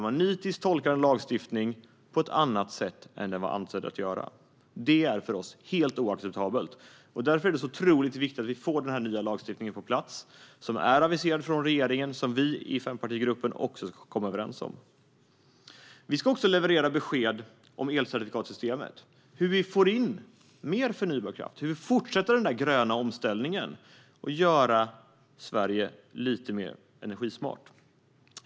Man tolkar lagstiftningen nitiskt och på ett annat sätt än det som var avsett. Det är för oss helt oacceptabelt. Därför är det otroligt viktigt att vi får den nya lagstiftningen på plats, som är aviserad från regeringen och som vi i fempartigruppen ska komma överens om. Vi ska också leverera besked om elcertifikatssystemet, om hur vi får in mer förnybar kraft och om hur vi fortsätter den gröna omställningen och gör Sverige lite mer energismart.